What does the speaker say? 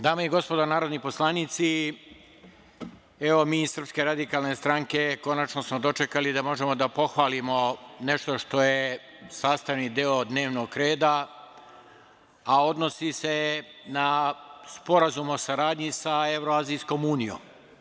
Dame i gospodo narodni poslanici, evo mi iz SRS konačno smo dočekali da možemo da pohvalimo nešto što je sastavni deo dnevnog reda, a odnosi se na Sporazum o saradnji sa Evroazijskom unijom.